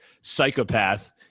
psychopath